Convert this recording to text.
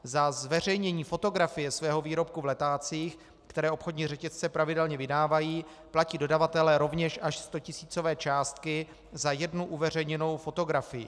Za zveřejnění fotografie svého výrobku v letácích, které obchodní řetězce pravidelně vydávají, platí dodavatelé rovněž až stotisícové částky za jednu uveřejněnou fotografii.